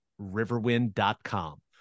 Riverwind.com